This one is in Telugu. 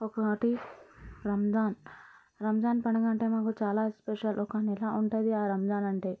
ఒకటి రంజాన్ రంజాన్ పండుగ అంటే మాకు చాలా స్పెషల్ ఒక నెల ఉంటుంది ఆ రంజాన్ అంటే